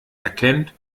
erkennt